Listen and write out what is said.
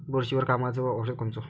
बुरशीवर कामाचं औषध कोनचं?